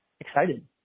excited